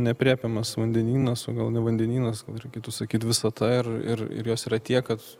neaprėpiamas vandenynas o gal ne vandenynas reikėtų sakyt visata ir ir ir jos yra tiek kad